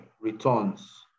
returns